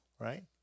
right